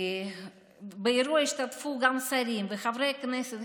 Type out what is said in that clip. באירוע השתתפו גם שרים וחברי הכנסת,